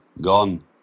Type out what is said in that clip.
gone